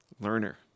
learner